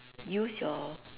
use your